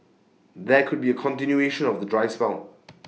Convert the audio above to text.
there could be A continuation of the dry spell